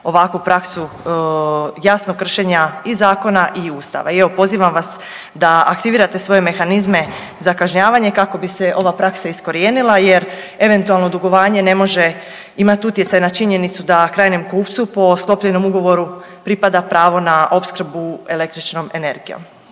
ovakvu praksu jasnog kršenja i zakona i Ustava. I evo pozivam vas da aktivirate svoje mehanizme za kažnjavanje kako bi se ova praksa iskorijenila, jer eventualno dugovanje ne može imati utjecaj na činjenicu da krajnjem kupcu po sklopljenom ugovoru pripada pravo na opskrbu električnom energijom.